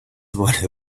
wanna